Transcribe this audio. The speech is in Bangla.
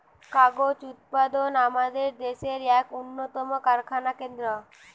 কাগজ উৎপাদন আমাদের দেশের এক উন্নতম কারখানা কেন্দ্র